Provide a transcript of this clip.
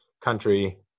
country